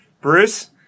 Bruce